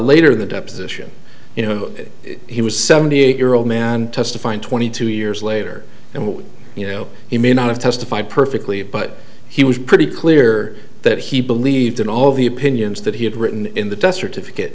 later in the deposition you know he was seventy eight year old man testifying twenty two years later and we you know he may not have testified perfectly but he was pretty clear that he believed in all the opinions that he had written in the death certificate